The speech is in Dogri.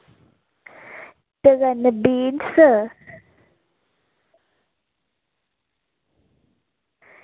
ते कन्नै बीन्स